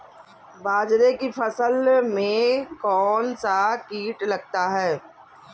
बाजरे की फसल में कौन सा कीट लगता है?